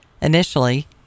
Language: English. Initially